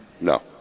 No